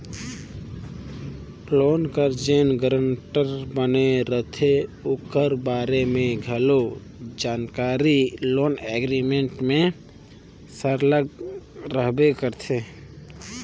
loan कर जेन guarantor बने रहथे ओकर बारे में घलो जानकारी लोन एग्रीमेंट में सरलग रहबे करथे